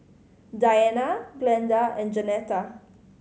Diana Glenda and Jeanetta